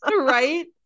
Right